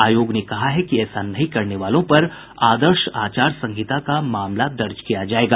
आयोग ने कहा है कि ऐसा नहीं करने वालों पर आदर्श आचार संहिता का मामला दर्ज किया जायेगा